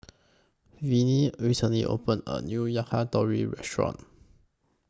Viney recently opened A New Yakitori Restaurant